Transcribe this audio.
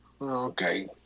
okay